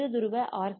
இரு துருவ ஆர்